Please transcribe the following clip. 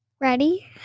Ready